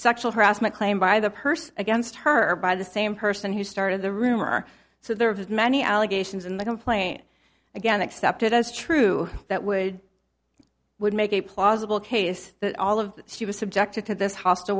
sexual harassment claim by the purse against her by the same person who started the rumor so there's many allegations in the complaint again accepted as true that would would make a plausible case that all of she was subjected to th